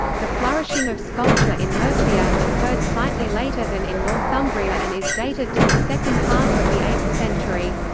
the flourishing of sculpture in mercia, occurred slightly later than in northumbria and is dated to the second half of the eighth century.